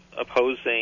opposing